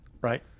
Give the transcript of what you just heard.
Right